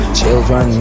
children